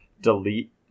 delete